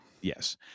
Yes